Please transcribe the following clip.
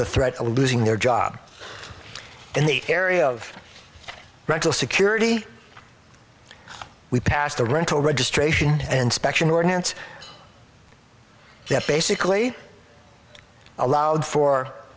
the threat of losing their job in the area of rental security we passed the rental registration and special ordinance that basically allowed for